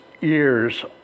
years